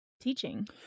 teaching